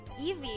Evie